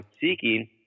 seeking